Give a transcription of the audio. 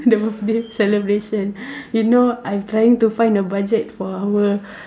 the birthday celebration you know I'm trying to find a budget for our